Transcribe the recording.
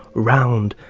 round,